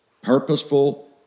Purposeful